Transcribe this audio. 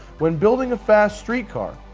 when building a fast street car,